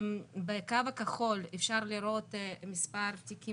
בקו הכחול אפשר לראות את מספר התיקים